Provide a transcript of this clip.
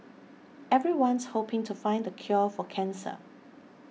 everyone's hoping to find the cure for cancer